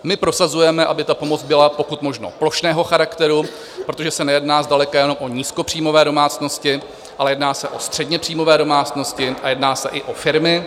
My prosazujeme, aby pomoc byla pokud možno plošného charakteru, protože se nejedná zdaleka jenom o nízkopříjmové domácnosti, ale jedná se o středněpříjmové domácnosti a jedná se i o firmy.